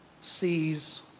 sees